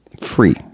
free